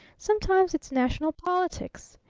sometimes it's national politics.